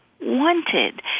wanted